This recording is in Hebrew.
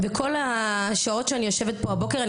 כל השעות שאי יושבת פה הבוקר,